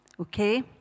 Okay